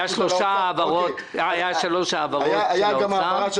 היו שלוש העברות של האוצר --- הייתה גם העברה של